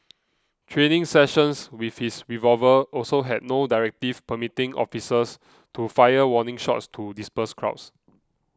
training sessions with his revolver also had no directive permitting officers to fire warning shots to disperse crowds